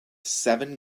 seven